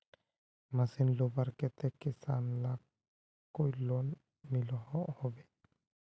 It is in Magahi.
मशीन लुबार केते किसान लाक कोई लोन मिलोहो होबे?